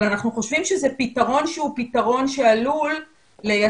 אבל אנחנו חושבים שזה פתרון שהוא פתרון שעלול לייצר